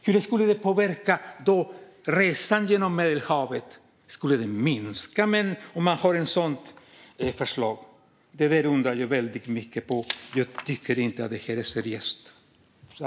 Hur skulle det påverka resandet över Medelhavet - skulle det minska om man har ett sådant förslag? Det undrar jag verkligen. Jag tycker inte att det är seriöst.